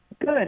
Good